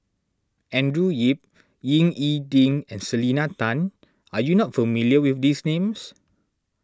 Andrew Yip Ying E Ding and Selena Tan are you not familiar with these names